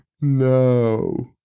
no